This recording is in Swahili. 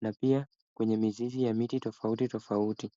na pia kwenye mizizi ya miti tofauti tofauti.